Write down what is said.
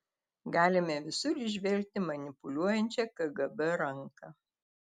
galime visur įžvelgti manipuliuojančią kgb ranką